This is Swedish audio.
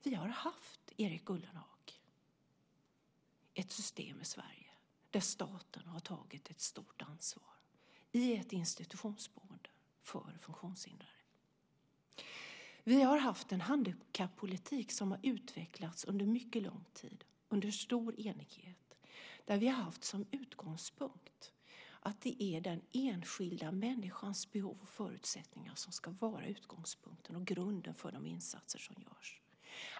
Vi har haft ett system i Sverige, Erik Ullenhag, där staten har tagit ett stort ansvar i ett institutionsboende för funktionshindrade. Vi har haft en handikappolitik som har utvecklats under mycket lång tid under stor enighet. Där har vi haft som utgångspunkt att det är den enskilda människans behov och förutsättningar som ska vara utgångspunkten och grunden för de insatser som görs.